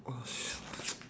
!wah! sh~